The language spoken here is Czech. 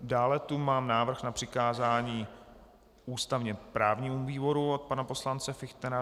Dále tu mám návrh na přikázání ústavněprávnímu výboru od pana poslance Fichtnera.